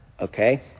okay